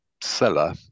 seller